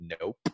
nope